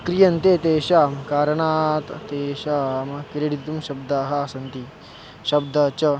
क्रियन्ते तेषां कारणात् तेषां क्रीडितुं शब्दाः सन्ति शब्दः च